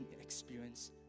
experience